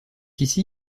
ici